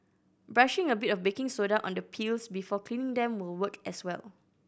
brushing a bit of baking soda on the peels before cleaning them will work as well